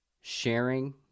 sharing